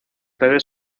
redes